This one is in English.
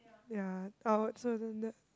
ya I would